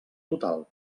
total